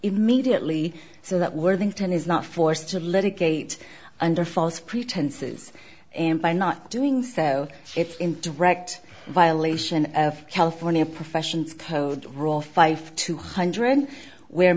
immediately so that worthington is not forced to litigate under false pretenses and by not doing so it's interact violation of california professions code rule fife two hundred where